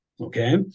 Okay